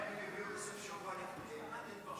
אתה יודע את מי הביאו בסוף השבוע לתת פרשנות